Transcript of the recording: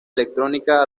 electrónica